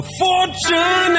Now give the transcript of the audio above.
fortune